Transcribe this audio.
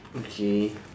okay